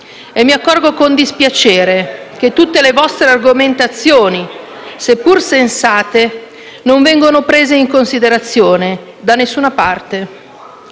e mi accorgo con dispiacere che tutte le vostre argomentazioni, seppur sensate, non vengono prese in considerazione da nessuna parte.